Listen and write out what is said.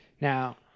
Now